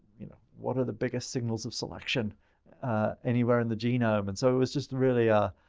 you know, what are the biggest signals of selection anywhere in the genome? and so, it was just really a,